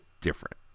different